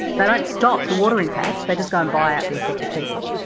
they don't stop the water impact, they just go and buy out the affected people.